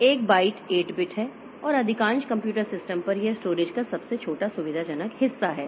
एक byte 8 bit है और अधिकांश कंप्यूटर सिस्टम पर यह स्टोरेज का सबसे छोटा सुविधाजनक हिस्सा है